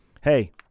hey